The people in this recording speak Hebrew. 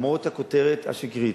למרות הכותרת השקרית,